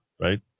right